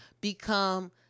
become